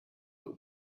but